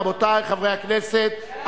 רבותי חברי הכנסת,